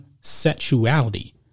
sexuality